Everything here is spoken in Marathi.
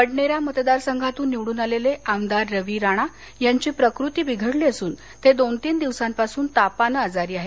बडनेरा मतदारसंघातून निवडून आलेले आमदार रवी राणा यांची प्रकृती बिघडली असून ते दोन तीन दिवसापासून तापाने आजारी आहेत